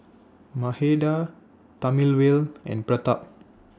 Mahade Thamizhavel and Pratap